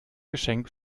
geschenk